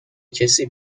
کسی